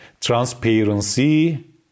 transparency